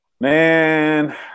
Man